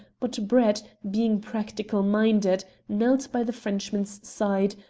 but brett, being practical-minded, knelt by the frenchman's side,